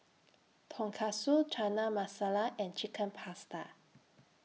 Tonkatsu Chana Masala and Chicken Pasta